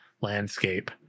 landscape